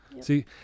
See